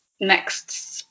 next